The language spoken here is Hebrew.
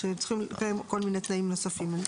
שצריכים להתקיים כל מיני תנאים נוספים.